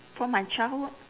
from my childhood